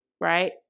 right